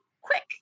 quick